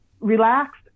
relaxed